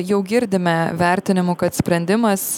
jau girdime vertinimų kad sprendimas